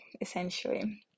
essentially